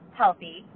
healthy